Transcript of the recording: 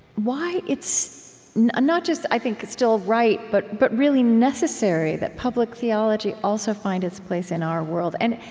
why it's not just, i think, still right, but but really necessary that public theology also find its place in our world? and,